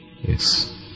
Yes